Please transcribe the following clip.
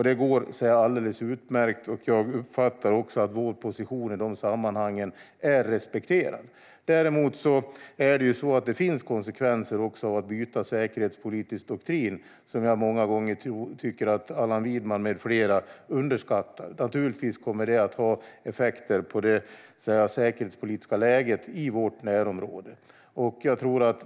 Det går alldeles utmärkt. Jag uppfattar också att vår position är respekterad i de sammanhangen. Däremot finns det konsekvenser av att byta säkerhetspolitisk doktrin. Det är något som jag tycker Allan Widman med flera många gånger underskattar. Naturligtvis kommer det att ha effekter på det säkerhetspolitiska läget i vårt närområde.